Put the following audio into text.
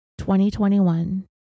2021